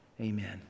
Amen